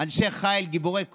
אנשי חיל, גיבורי כוח,